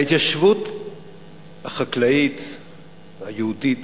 ההתיישבות החקלאית היהודית